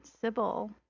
Sybil